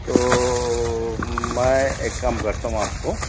तो मैं एक काम करता हूँ आपको